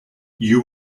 you